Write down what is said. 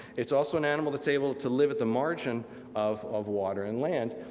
it's also an animal that's able to live at the margin of of water and land,